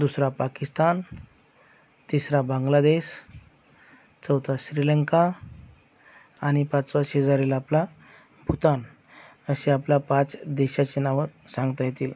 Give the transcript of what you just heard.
दुसरा पाकिस्तान तिसरा बांगला देश चौथा श्रीलंका आणि पाचवा शेजारील आपला भूतान असे आपल्या पाच देशाची नावं सांगता येतील